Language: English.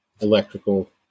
electrical